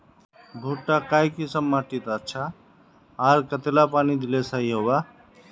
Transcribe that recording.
भुट्टा काई किसम माटित अच्छा, आर कतेला पानी दिले सही होवा?